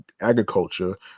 agriculture